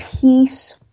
peace